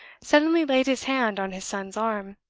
suddenly laid his hand on his son's arm.